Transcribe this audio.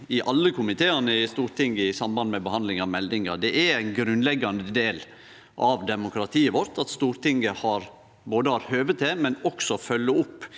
i alle komiteane i Stortinget i samband med behandlinga av meldinga. Det er ein grunnleggjande del av demokratiet vårt at Stortinget ikkje berre har høve til, men også følgjer opp